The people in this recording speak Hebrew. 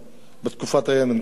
בתקופת האבן, כמו שאומרים.